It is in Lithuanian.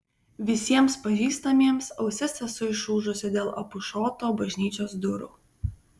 visiems pažįstamiems ausis esu išūžusi dėl apušoto bažnyčios durų